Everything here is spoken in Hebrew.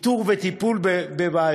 איתור בעיות וטיפול בהן.